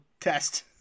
test